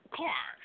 car